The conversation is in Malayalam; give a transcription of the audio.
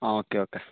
ആ ഓക്കെ ഓക്കെ